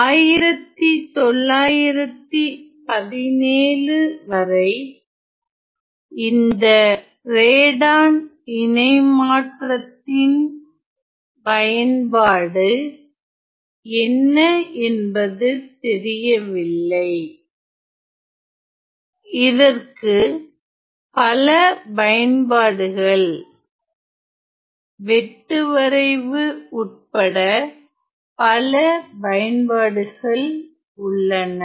1917 வரை இந்த ரேடான் இணைமாற்றத்தின் பயன்பாடு என்ன என்பது தெரியவில்லை இதற்கு பல பயன்பாடுகள் வெட்டுவரைவு உட்பட பல பயன்பாடுகள் உள்ளன